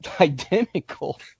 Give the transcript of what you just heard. identical